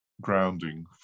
grounding